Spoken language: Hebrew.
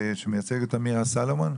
אותו מייצגת מירה סלומון.